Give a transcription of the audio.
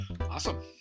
awesome